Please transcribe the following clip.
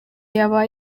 yaba